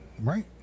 right